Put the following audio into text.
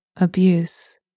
abuse